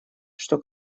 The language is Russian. что